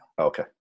Okay